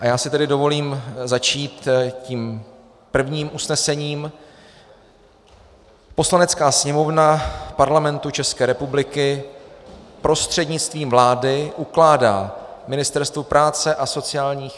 Já si tedy dovolím začít tím prvním usnesením: Poslanecká sněmovna Parlamentu České republiky prostřednictvím vlády ukládá Ministerstvu práce a sociálních...